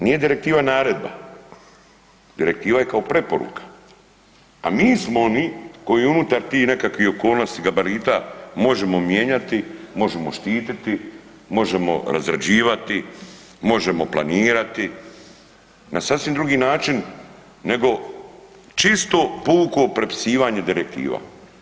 Nije Direktiva naredba, Direktiva je kao preporuka, a mi smo oni koji unutar ti nekakvih okolnosti, gabarita možemo mijenjati, možemo štititi, možemo razrađivati, možemo planirati na sasvim drugi način nego čisto, puku prepisivanje Direktiva.